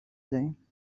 دهیم